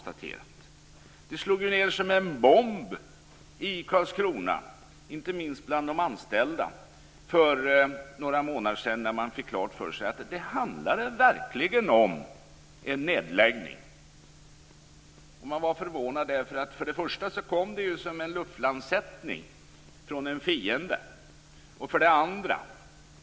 Beskedet slog ned som en bomb i Karlskrona, inte minst bland de anställda, för några månader sedan när man fick klart för sig att det verkligen handlade om en nedläggning. Man blev förvånad. För det första kom beskedet som en luftlandsättning från fiendesidan.